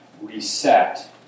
reset